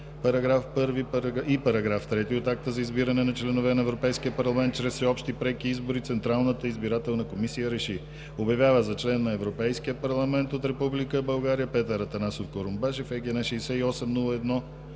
13, § 1 и § 3 от Акта за избиране на членове на Европейския парламент чрез всеобщи преки избори Централната избирателна комисия РЕШИ: Обявява за член на Европейския парламент от Република България Петър Атанасов Курумбашев, ЕГН…